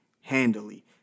handily